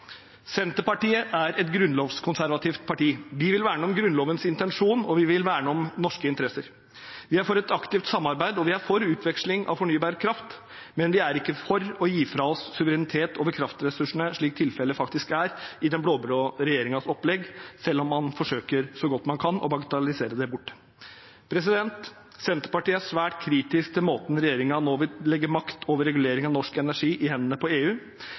Senterpartiet er et grunnlovskonservativt parti. Vi vil verne om Grunnlovens intensjon, og vi vil verne om norske interesser. Vi er for et aktivt samarbeid, og vi er for utveksling av fornybar kraft, men vi er ikke for å gi fra oss suverenitet over kraftressursene, slik tilfellet faktisk er i den blå-blå regjeringens opplegg, selv om man forsøker så godt man kan å bagatellisere det bort. Senterpartiet er svært kritisk til måten regjeringen nå vil legge makt over regulering av norsk energi i hendene på EU